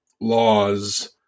laws